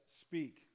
speak